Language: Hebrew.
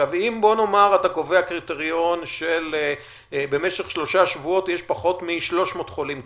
אם אתה קובע קריטריון שבמשך שלושה שבועות יש פחות מ-300 חולים קשים,